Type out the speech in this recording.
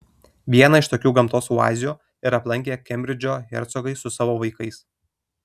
vieną iš tokių gamtos oazių ir aplankė kembridžo hercogai su savo vaikais